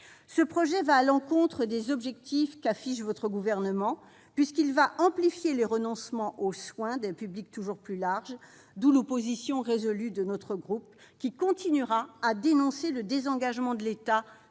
Ce projet va à l'encontre des objectifs qu'affiche votre gouvernement, madame la ministre, puisqu'il amplifiera le renoncement aux soins d'un public toujours plus large, d'où l'opposition résolue de notre groupe, qui continuera à dénoncer le désengagement de l'État